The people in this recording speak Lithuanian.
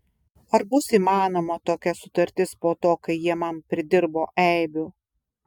ar bus įmanoma tokia sutartis po to kai jie man pridirbo eibių